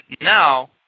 now